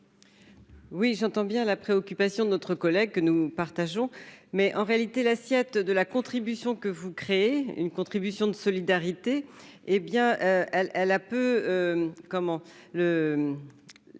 Oui, j'entends bien la préoccupation de notre collègue que nous partageons, mais en réalité, l'assiette de la contribution que vous créez une contribution de solidarité, hé bien,